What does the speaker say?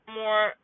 more